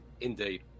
Indeed